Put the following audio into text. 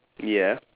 ya